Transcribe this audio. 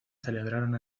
celebraron